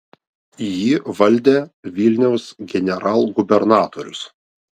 jį valdė vilniaus generalgubernatorius